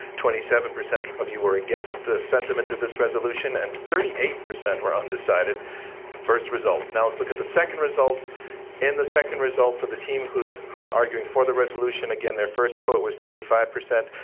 twenty seven percent of you were against the sentiments of this resolution, and thirty eight percent were undecided. the first results. now let's look at the second results and the second result for the team who's arguing for the resolution. again, their first vote was thirty five percent.